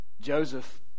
Joseph